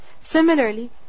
Similarly